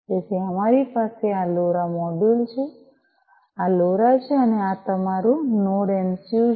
તેથી અમારી પાસે આ લોરા મોડ્યુલ છે આ લોરા છે અને આ તમારું નોડ એમસિયું છે